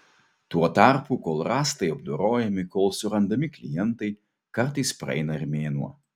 tuo tarpu kol rąstai apdorojami kol surandami klientai kartais praeina ir mėnuo